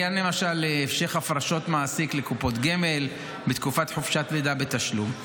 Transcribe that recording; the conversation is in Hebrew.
לעניין המשך הפרשות מעסיק לקופות גמל בתקופת חופשת לידה בתשלום,